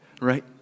right